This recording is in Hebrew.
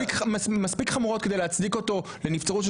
איזה מחלות הן מספיק חמורות כדי להצדיק אותו לנבצרות של